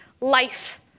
life